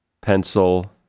pencil